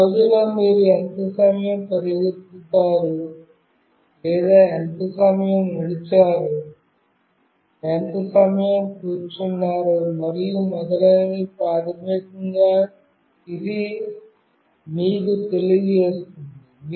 ఒక రోజులో మీరు ఎంత సమయం పరిగెత్తారు లేదా ఎంత సమయం నడిచారు ఎంత సమయం కూర్చున్నారు మరియు మొదలైనవి ప్రాథమికంగా ఇది మీకు తెలియజేస్తుంది